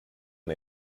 and